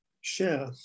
share